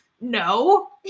no